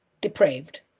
depraved